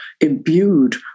imbued